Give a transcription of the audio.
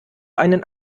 einen